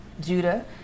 Judah